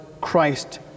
Christ